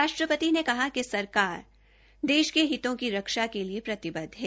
राष्ट्रपति ने कहा कि सरकार देश के हितों की रक्षा के लिए प्रतिबदध है